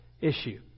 issue